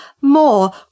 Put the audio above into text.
more